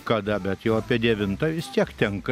kada bet jau apie devintą vis tiek tenka